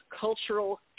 cultural